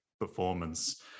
performance